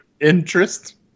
interest